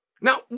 Now